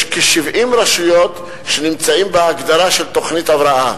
יש כ-70 רשויות שנמצאות בהגדרה של תוכנית הבראה.